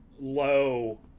low